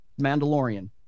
mandalorian